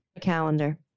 calendar